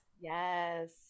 Yes